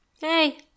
Hey